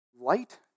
Light